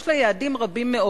יש לה יעדים רבים מאוד.